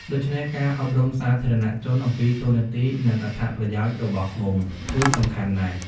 ដូច្នេះការអប់រំសាធារណជនអំពីតួនាទី និងអត្ថប្រយោជន៍របស់ឃ្មុំគឺសំខាន់ណាស់។